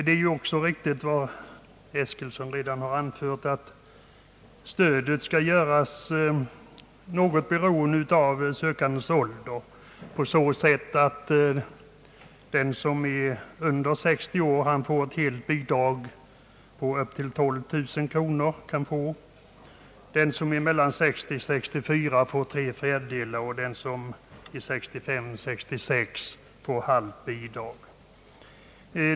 Det är också riktigt som herr Eskilsson redan har anfört att stödet skall göras något beroende av sökandens ålder på så sätt att den som är under 60 år får helt bidrag på upp till 12000 kronor. Den som är mellan 60 och 64 år får tre fjärdedelar av bidraget, och den som är 65—566 år får halvt bidrag.